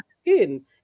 skin